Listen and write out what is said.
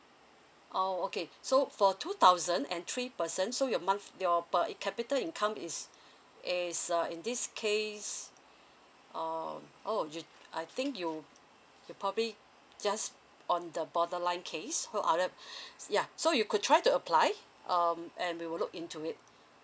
oh okay so for two thousand and three person so your month your per capita income is is err in this case um oh you I think you probably just on the borderline case who are the yeah so you could try to apply um and we will look into it